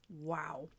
Wow